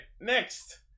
next